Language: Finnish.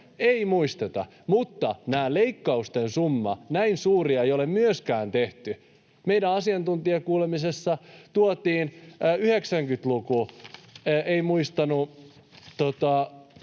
Ei muisteta. — Mutta näin suuria leikkausten summia ei ole myöskään tehty. Meidän asiantuntijakuulemisessa tuotiin 90-luku, ei muistettu